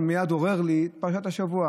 זה מייד עורר לי את פרשת השבוע,